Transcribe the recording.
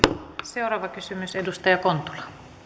seuraava kysymys edustaja kontula